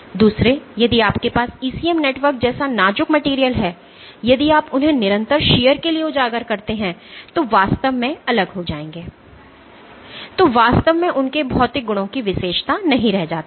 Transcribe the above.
दूसरे यदि आपके पास ECM नेटवर्क जैसा नाजुक मटेरियल है यदि आप उन्हें निरंतर शीयर के लिए उजागर करते हैं तो वे वास्तव में अलग हो जाएंगे तो वास्तव में उनके भौतिक गुणों की विशेषता नहीं रह जाती है